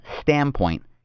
standpoint